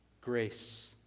Grace